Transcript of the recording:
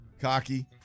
Cocky